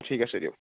ঠিক আছে দিয়ক